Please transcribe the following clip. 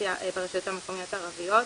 דיגיטציה ברשויות המקומיות הערביות.